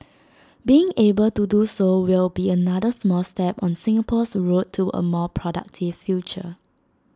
being able to do so will be another small step on Singapore's road to A more productive future